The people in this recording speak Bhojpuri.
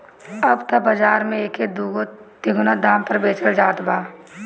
अब त बाज़ार में एके दूना तिगुना दाम पे बेचल जात बा